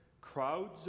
crowds